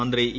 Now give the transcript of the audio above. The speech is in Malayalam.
മന്ത്രി ഇ